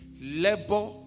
labor